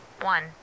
One